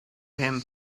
him